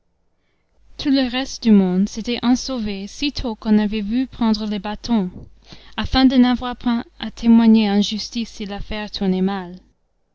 tout le reste du monde s'était ensauvé sitôt qu'on avait vu prendre les bâtons afin de n'avoir point à témoigner en justice si l'affaire tournait mal